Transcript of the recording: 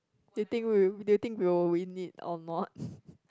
do you think we'll do you think we'll win it or not